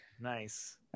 Nice